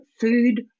Food